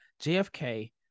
JFK